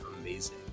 amazing